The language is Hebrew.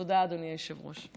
תודה, אדוני היושב-ראש.